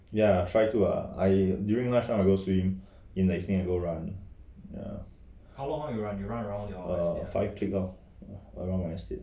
ya try to lah I during lunch time I go swim in the evening I go ran ya err five K lor along my estate